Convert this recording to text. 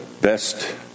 best